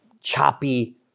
choppy